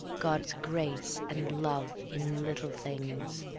god's grace and love in little things.